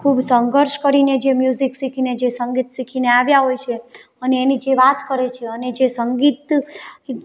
ખૂબ સંઘર્ષ કરીને જે મ્યુઝિક શીખીને જે સંગીત શીખીને આવ્યા હોય છે અને એની જે વાત કરે છે અને જે સંગીત